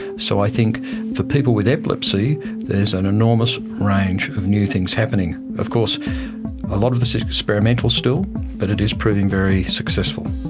so i think for people with epilepsy there's an enormous range of new things happening. of course a lot of this is experimental still but it is proving very successful.